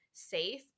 safe